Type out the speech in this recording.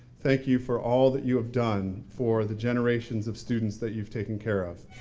thank you for all that you have done for the generations of students that you've taken care of.